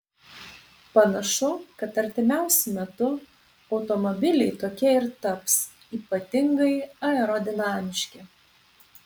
panašu kad artimiausiu metu automobiliai tokie ir taps ypatingai aerodinamiški